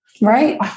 Right